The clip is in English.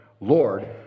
Lord